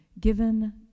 given